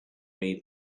made